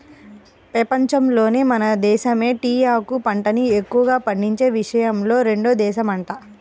పెపంచంలోనే మన దేశమే టీయాకు పంటని ఎక్కువగా పండించే విషయంలో రెండో దేశమంట